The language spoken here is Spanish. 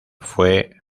fue